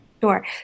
Sure